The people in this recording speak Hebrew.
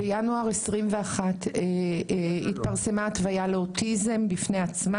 בינואר 2021 התפרסמה התוויה לאוטיזם בפני עצמה.